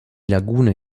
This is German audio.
lagune